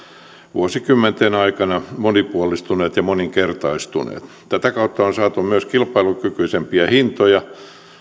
vuosikymmenten aikana monipuolistuneet ja moninkertaistuneet tätä kautta on saatu myös kilpailukykyisempiä hintoja